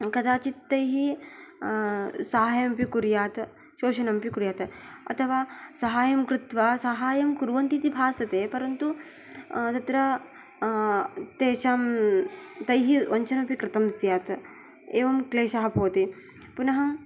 कदाचित् तैः साहाय्यमपि कुर्यात् शोषणमपि कुर्यात् अथवा साहायं कृत्वा साहाय्यं कुर्वन्ति इति भासते परन्तु तत्र तेषां तैः वञ्चनमपि कृतं स्यात् एवं क्लेशः भवति पुनः